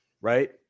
Right